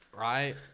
right